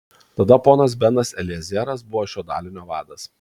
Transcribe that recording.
tada ponas benas eliezeras buvo šio dalinio vadas